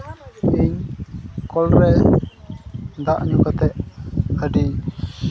ᱤᱧ ᱠᱚᱞᱨᱮ ᱫᱟᱜ ᱧᱩ ᱠᱟᱛᱮᱫ ᱟᱹᱰᱤ